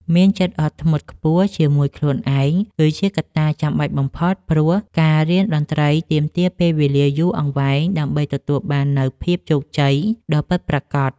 មានចិត្តអត់ធ្មត់ខ្ពស់ជាមួយខ្លួនឯងគឺជាកត្តាចាំបាច់បំផុតព្រោះការរៀនតន្ត្រីទាមទារពេលវេលាយូរអង្វែងដើម្បីទទួលបាននូវភាពជោគជ័យដ៏ពិតប្រាកដ។